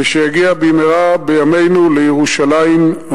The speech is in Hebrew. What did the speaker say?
ושיגיע במהרה בימינו לירושלים.